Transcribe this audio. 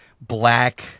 black